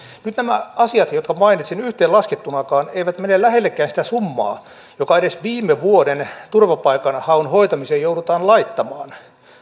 nyt nämä asiat jotka mainitsin yhteenlaskettunakaan eivät mene lähellekään sitä summaa joka edes viime vuoden turvapaikanhaun hoitamiseen joudutaan laittamaan